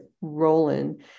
Roland